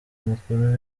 mukuru